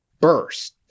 burst